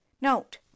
note